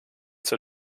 zur